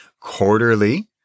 Quarterly